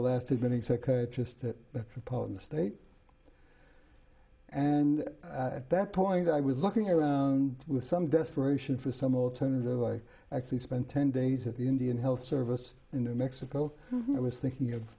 just proposed in the state and at that point i was looking around with some desperation for some alternative i actually spent ten days at the indian health service in new mexico and i was thinking of